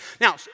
Now